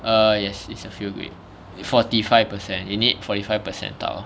err yes it's a fail grade forty five percent you need forty five percentile